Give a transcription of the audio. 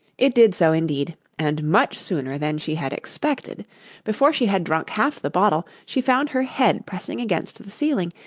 it did so indeed, and much sooner than she had expected before she had drunk half the bottle, she found her head pressing against the ceiling,